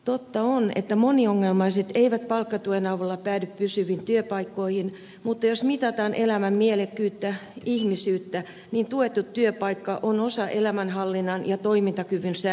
totta on että moniongelmaiset eivät palkkatuen avulla päädy pysyviin työpaikkoihin mutta jos mitataan elämän mielekkyyttä ihmisyyttä niin tuettu työpaikka on osa elämänhallinnan ja toimintakyvyn säilymistä